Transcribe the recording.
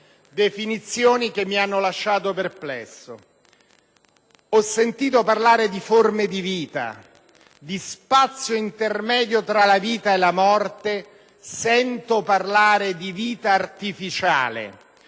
definizioni che mi hanno lasciato perplesso. Ho sentito parlare di forme di vita, di spazio intermedio tra la vita e la morte, sento parlare di vita artificiale,